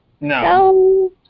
No